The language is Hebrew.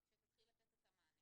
כשתתחיל לתת את המענה